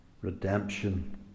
redemption